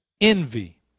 envy